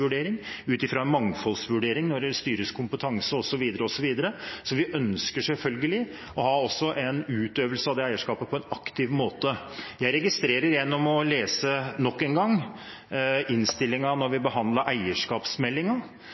vurdering, ut fra en mangfoldsvurdering når det gjelder styrets kompetanse, osv. Vi ønsker selvfølgelig også å utøve eierskapet på en aktiv måte. Jeg registrerer gjennom nok en gang å lese innstillingen til eierskapsmeldingen da vi